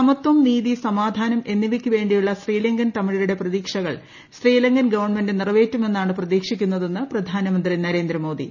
സമത്പം നീതി സമാധാനം എന്നിവയ്ക്കുവേണ്ടിയുള്ള ശ്രീലങ്കൻ തമിഴരുടെ പ്രതീക്ഷകൾ ശ്രീലങ്കൻ ഗവൺമെന്റ് നിറവേറ്റുമെന്നാണ് പ്രതീക്ഷിക്കുന്നതെന്ന് പ്രധാനമന്ത്രി നരേന്ദ്രമോദി